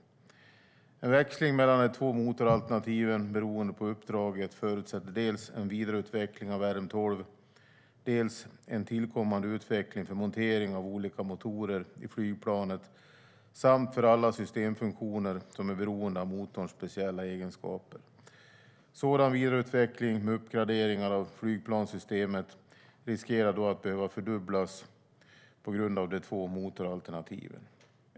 En växling mellan de två motoralternativen beroende på uppdraget förutsätter dels en vidareutveckling av RM12, dels en tillkommande utveckling för monteringen av olika motorer i flygplanet samt för alla systemfunktioner, som är beroende av motorns speciella egenskaper. Sådan vidareutveckling med uppgraderingar av flygplanssystemet riskerar att behöva fördubblas på grund av de två motoralternativen.